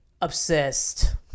obsessed